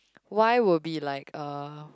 why will be like eh